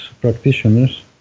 practitioners